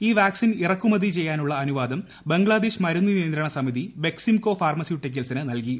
ഈ വാക്സിൻ ഇറക്കുമതി ചെയ്യാനുള്ള അനുവാദം ബംഗ്ലാദേശ് മരുന്ന് നിയന്ത്രണ സമിതി ബെക്സിംകോ ഫാർമസ്യൂട്ടിക്കൽസിന് നൽകി